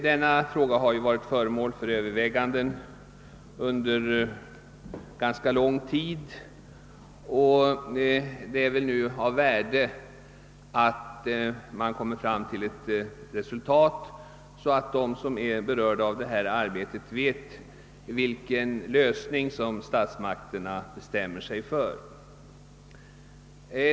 Det är en fråga som har varit föremål för överväganden under ganska lång tid, och det är värdefullt att vi nu når fram till ett resultat, så att de människor som beröres får besked om vilken lösning statsmakterna bestämmer sig för.